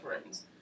friends